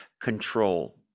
control